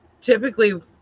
typically